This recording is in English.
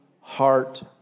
heart